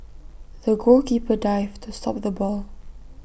the goalkeeper dived to stop the ball